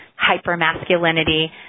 hyper-masculinity